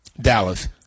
Dallas